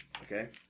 Okay